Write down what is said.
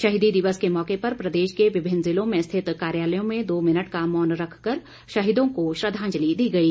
शहीदी दिवस के मौके पर प्रदेश के विभिन्न जिलों में स्थित कार्यालयों में दो मिनट का मौन रख कर शहीदों को श्रद्वांजलि दी गई